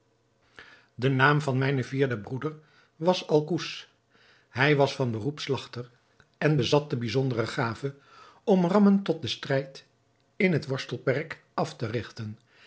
de naam van mijnen vierden broeder was alcouz hij was van beroep slagter en bezat de bijzondere gave om rammen tot den strijd in het worstelperk af te rigten